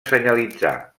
senyalitzar